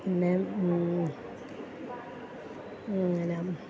പിന്നെ അങ്ങനെ